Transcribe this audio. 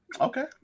Okay